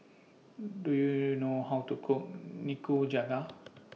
Do YOU know How to Cook Nikujaga